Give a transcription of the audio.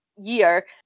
year